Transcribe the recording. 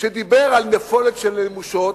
שדיבר על נפולת של נמושות,